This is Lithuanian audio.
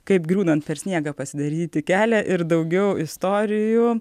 kaip griūnant per sniegą pasidaryti kelią ir daugiau istorijų